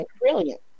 Brilliant